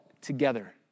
together